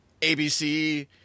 ABC